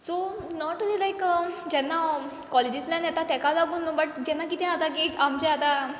so not only like जेन्ना हांव कॉलेजींतल्यान येता तेका लागून न्हू बट जेन्ना कितें आतां का आमचें आतां